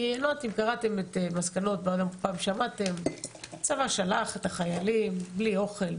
כי הצבא שלח את החיילים בלי אוכל,